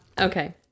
Okay